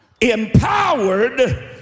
Empowered